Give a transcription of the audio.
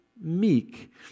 meek